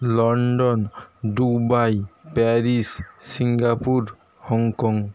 London Dubai Paris Singapore Hong Kong